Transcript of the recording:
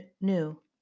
new